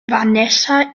vanessa